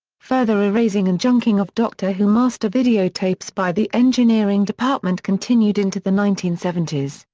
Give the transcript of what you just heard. further erasing and junking of doctor who master videotapes by the engineering department continued into the nineteen seventy s.